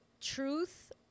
truth